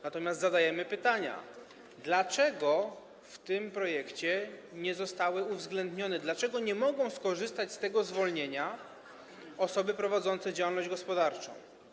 Natomiast zadajemy pytania: Dlaczego w tym projekcie nie zostały uwzględnione, dlaczego nie mogą skorzystać z tego zwolnienia osoby prowadzące działalność gospodarczą?